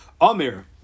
Amir